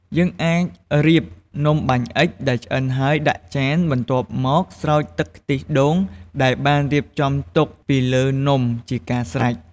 យើងអាចរៀបនំបាញ់អុិចដែលឆ្អិនហើយ ដាក់ចាន បន្ទាប់មកស្រោចទឹកខ្ទិះដូងដែលបានរៀបចំទុកពីលើនំជាការស្រេច។